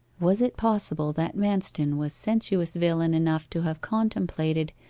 was it possible that manston was sensuous villain enough to have contemplated,